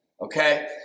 okay